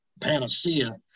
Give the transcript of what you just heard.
panacea